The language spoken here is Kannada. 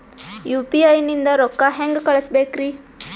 ಯು.ಪಿ.ಐ ನಿಂದ ರೊಕ್ಕ ಹೆಂಗ ಕಳಸಬೇಕ್ರಿ?